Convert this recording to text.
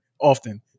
often